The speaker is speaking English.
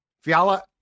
Fiala